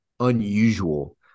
unusual